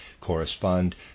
correspond